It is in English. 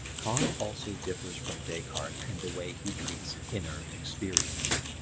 kant also differs from descartes in the way he treats inner experience.